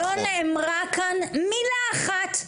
לא נאמרה כאן מילה אחת,